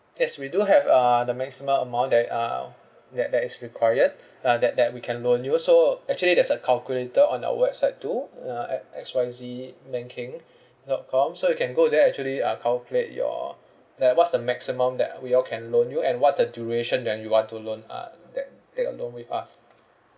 yes we do have uh the maximum amount that uh that that is required uh that that we can loan you so actually there's a calculator on our website too uh ac~ X Y Z banking dot com so you can go there actually uh calculate your the what's the maximum that we all can loan you and what's the duration that you want to loan uh tak~ take a loan with us